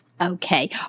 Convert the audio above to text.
Okay